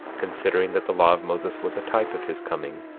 considering that the law of moses was a type of his coming,